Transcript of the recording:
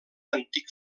antic